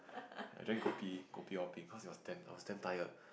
I drink kopi kopi-O-bing cause I was damn I was damn tired